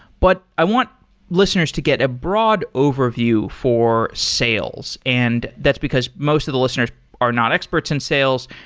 but i want listeners to get a broad overview for sales, and that's because most of the listeners are not experts in sales.